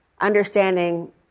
understanding